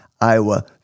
Iowa